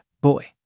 boy